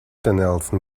nelson